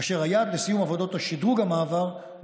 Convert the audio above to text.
וכאן אחזור על דבר שכבר אמרתי מעל הדוכן הזה,